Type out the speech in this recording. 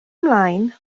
ymlaen